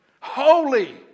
Holy